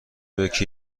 یکی